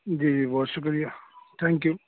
جی بہت شکریہ thank you